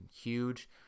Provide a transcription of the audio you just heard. huge